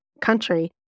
country